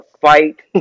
fight